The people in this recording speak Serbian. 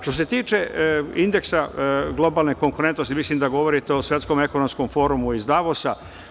Što se tiče indeksa globalne konkurentnosti, mislim da govorite o Svetskom ekonomskom forumu iz Davosa.